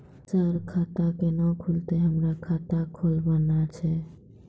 Sir खाता केना खुलतै, हमरा खाता खोलवाना छै?